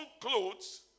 clothes